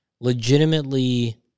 legitimately